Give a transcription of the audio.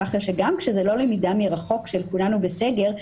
ככה שזה גם כשלא מדובר בלמידה מרחוק כשכולנו עם הילדים בבית בסגר,